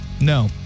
No